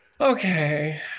okay